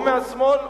או מהשמאל,